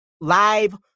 live